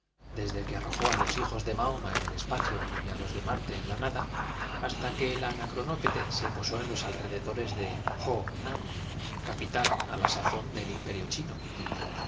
desde que arrojó á los hijos de mahoma en el espacio dearán en la torre de la alhambra y á los de marte en la nada hasta que el anacronópete doña isabel palideció los cortesanos que la rodea se posó en los alrededores de ho nan capital á la sazón ban recelando algún desafuero echaron mano á sus del imperio chino